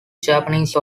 japanese